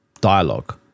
dialogue